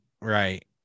right